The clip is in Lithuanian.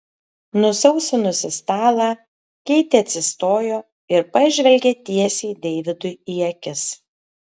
nusausinusi stalą keitė atsistojo ir pažvelgė tiesiai deividui į akis